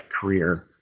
career